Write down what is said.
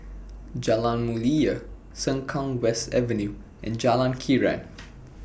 Jalan Mulia Sengkang West Avenue and Jalan Krian